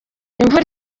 imvura